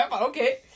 okay